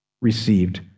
received